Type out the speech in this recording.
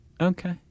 Okay